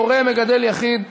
הורה מגדל יחיד),